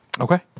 Okay